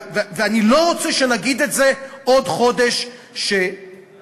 ואני לא רוצה שנגיד את זה בעוד חודש כשהנפגעים,